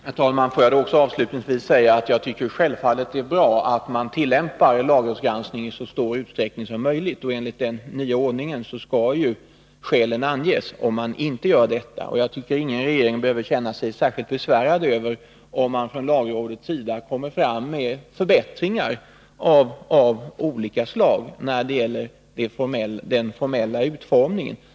Herr talman! Får jag då också avslutningsvis säga att jag självfallet tycker att det är bra att man tillämpar lagrådsgranskning i så stor utsträckning som möjligt. Enligt den nya ordningen skall ju skälen anges, om man inte gör på det sättet. Enligt min mening behöver ingen regering känna sig särskild besvärad över om man från lagrådets sida kommer fram med förbättringar av olika slag när det gäller den formella utformningen.